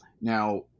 Now